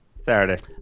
Saturday